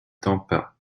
tampa